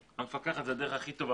המפקח זאת הדרך הכי טובה,